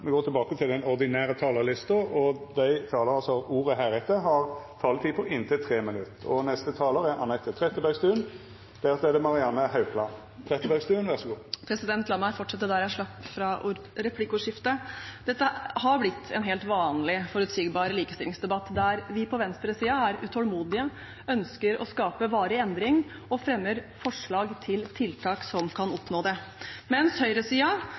vi ser at damene produserer de beste filmene, mens det allikevel er mannfolkene som har de gode tallene for hvem det er som går og ser på. Replikkordskiftet er omme. Dei talarane som heretter får ordet, har ei taletid på inntil 3 minutt. La meg fortsette der jeg slapp i replikkordskiftet. Dette har blitt en helt vanlig, forutsigbar likestillingsdebatt, der vi på venstresiden er utålmodige, ønsker å skape varig endring og fremmer forslag til tiltak som kan bidra til å oppnå det, mens